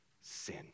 sin